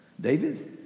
David